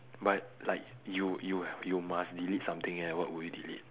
but like you you you must delete something eh what will you delete